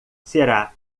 será